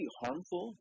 harmful